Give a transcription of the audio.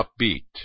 upbeat